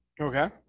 Okay